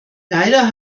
leider